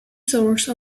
source